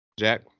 Jack